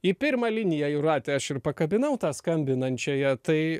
į pirmą liniją jūrate aš ir pakabinau tą skambinančiąją tai